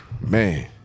man